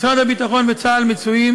משרד הביטחון וצה"ל מצויים